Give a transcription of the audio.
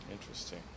Interesting